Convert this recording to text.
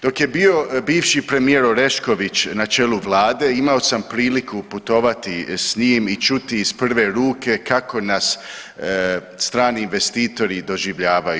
Dok je bio bivši premijer Orešković na čelu vlade imao sam priliku putovati s njim i čuti iz prve ruke kako nas strani investitori doživljavaju.